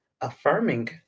affirming